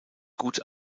gut